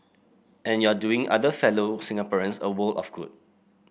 and you're doing other fellow Singaporeans a world of good